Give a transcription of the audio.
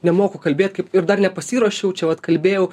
nemoku kalbėt ir dar nepasiruošiau čia vat kalbėjau